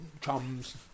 chums